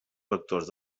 vectors